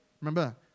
Remember